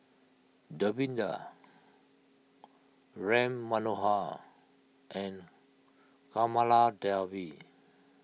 Davinder Ram Manohar and Kamaladevi